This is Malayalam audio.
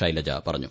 ശൈലജ പറഞ്ഞു